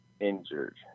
Injured